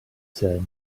said